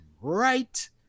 right